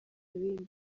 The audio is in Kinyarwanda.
ibindi